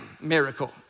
miracle